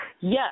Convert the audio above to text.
yes